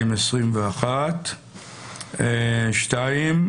הנושא השני,